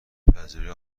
پذیرایی